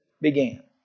began